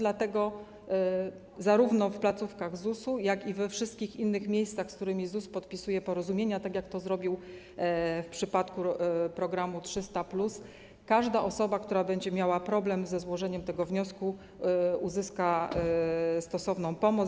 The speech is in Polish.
Dlatego zarówno w placówkach ZUS-u, jak i we wszystkich innych miejscach, z którymi ZUS podpisuje porozumienia - tak jak to zrobił w przypadku programu 300+ - każda osoba, która będzie miała problem ze złożeniem wniosku, uzyska stosowną pomoc.